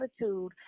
attitude